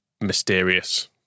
mysterious